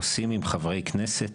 עושים עם חברי כנסת